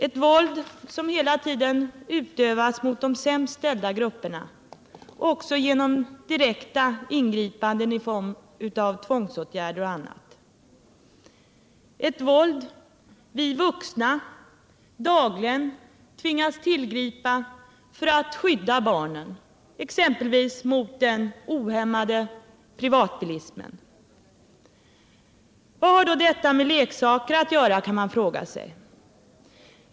Ett våld som hela tiden utövas mot de sämst ställda grupperna också genom direkta ingripanden i form av tvångsåtgärder och annat. Ett våld som vi vuxna dagligen tvingas tillgripa för att skydda barnen exempelvis mot den ohämmade privatbilismen. Vad har då detta med leksaker att göra, kan man fråga sig.